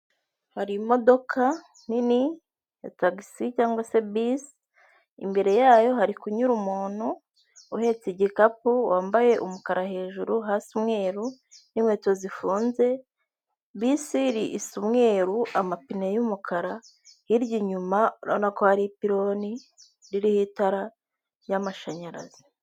Hari imodoka nini ya tagisi cyangwa se bisi, imbere yayo hari kunyura umuntu uhetse igikapu, wambaye umukara hejuru hasi umweru, n'inkweto zifunze, bisi isa umweruru, amapine y'umukara hirya inyuma urabona ko hari ipironi, ririho itara ry'amashanyarazi.